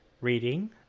reading